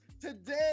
today